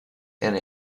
and